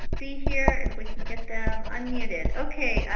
see here, if we can get them unmuted. okay,